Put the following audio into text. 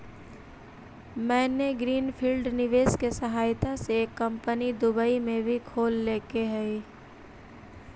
मैंने green field निवेश के सहायता से एक कंपनी दुबई में भी खोल लेके हइ